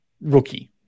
rookie